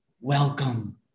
welcome